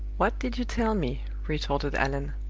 what did you tell me, retorted allan,